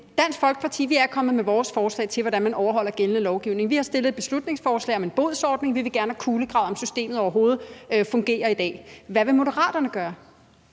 Dansk Folkeparti er kommet med vores forslag til, hvordan man overholder gældende lovgivning. Vi har fremsat et beslutningsforslag om en bodsordning. Vi vil gerne have kulegravet, om systemet overhovedet fungerer i dag. Hvad vil Moderaterne gøre?